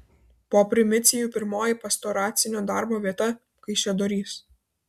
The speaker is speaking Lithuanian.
po primicijų pirmoji pastoracinio darbo vieta kaišiadorys